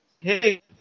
hey